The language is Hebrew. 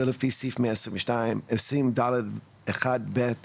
זה לפי סעיף 120.ד.1.ב לתקנון.